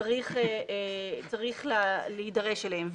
צריך להידרש אליהם.